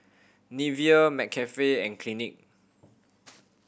Nivea McCafe and Clinique